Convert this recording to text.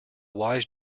wise